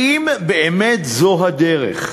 האם באמת זו הדרך?